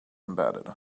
embedded